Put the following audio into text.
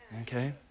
okay